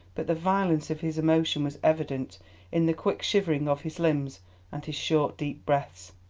but the violence of his emotion was evident in the quick shivering of his limbs and his short deep breaths.